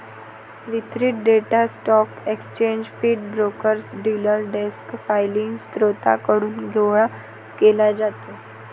वितरित data stock exchange feed, brokers, dealer desk filing स्त्रोतांकडून गोळा केला जातो